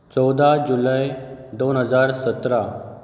चवदा जुलय दोन हजार सतरा